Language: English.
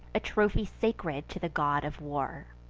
a trophy sacred to the god of war.